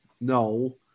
no